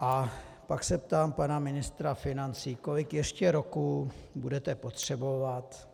A pak se ptám pana ministra financí, kolik ještě roků budete potřebovat,